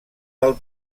del